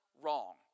wrong